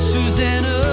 Susanna